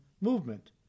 movement